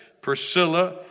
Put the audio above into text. Priscilla